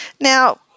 Now